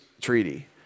treaty